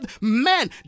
men